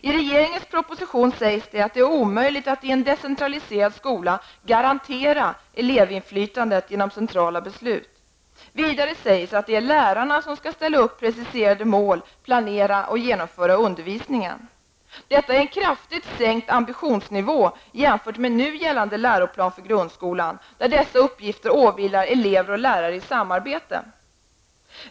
I regeringens proposition sägs att det är omöjligt att i en decentraliserad skola garantera elevinflytandet genom centrala beslut. Vidare sägs att det är lärarna som skall ställa upp preciserade mål, planera och genomföra undervisningen. Detta är en kraftigt sänkt ambitionsnivå jämfört med nu gällande läroplan för grundskolan, där dessa uppgifter åvilar elever och lärare i samarbete.